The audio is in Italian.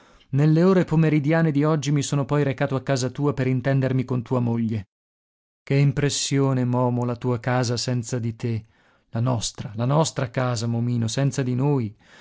nelle ore pomeridiane di oggi mi sono poi recato a casa tua per intendermi con tua moglie che impressione momo la tua casa senza di te la nostra la nostra casa momino senza di noi